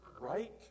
Right